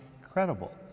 incredible